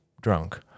drunk